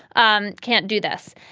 um can't do this.